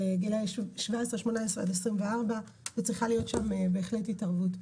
גילאי 17-18 עד 24, צריכה להיות שם בהחלט התערבות.